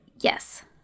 Yes